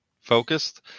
focused